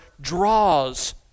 draws